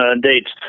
dates